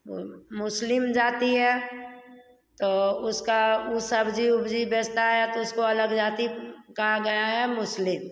मुस्लिम जाति है तो उसका वह सब्ज़ी उब्जी बेचता है तो उसको अलग जाति कहा गया है मुस्लिम